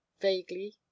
vaguely